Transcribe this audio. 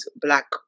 Black